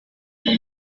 for